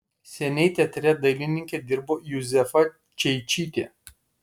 seniai teatre dailininke dirbo juzefa čeičytė